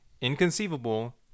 inconceivable